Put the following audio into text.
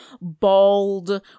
bald